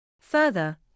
Further